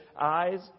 eyes